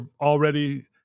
already